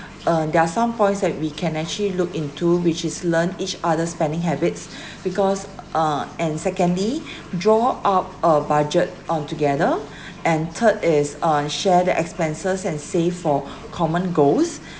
there are some points that we can actually look into which is learn each other spending habits because uh and secondly draw up a budget on together and third is on share the expenses and save for common goals